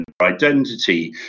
identity